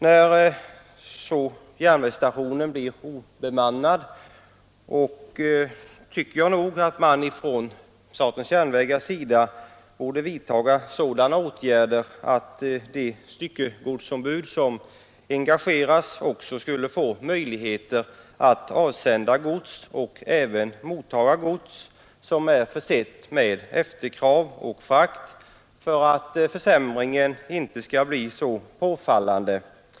När järnvägsstationen blir obemannad tycker jag nog att SJ borde vidtaga sådana åtgärder att styckegodsombud som engageras också får möjlighet att avsända och även mottaga gods som är försett med efterkrav och frakt, detta för att försämringen i service inte skall bli så påfallande.